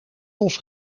los